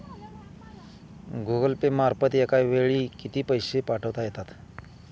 Google Pay मार्फत एका वेळी किती पैसे पाठवता येतात?